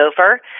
over